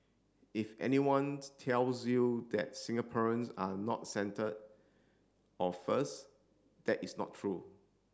if anyone tells you that Singaporeans are not centre or first that is not true